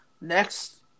Next